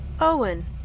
Owen